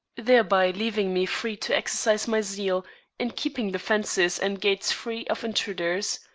thereby leaving me free to exercise my zeal in keeping the fences and gates free of intruders.